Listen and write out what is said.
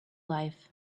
life